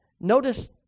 Notice